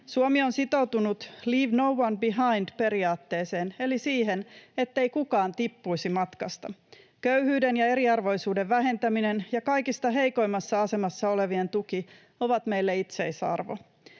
Suomi on sitoutunut leave no one behind ‑periaatteeseen eli siihen, ettei kukaan tippuisi matkasta. Köyhyyden ja eriarvoisuuden vähentäminen ja kaikista heikoimmassa asemassa olevien tuki ovat meille itseisarvo.